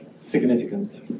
significance